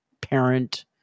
parent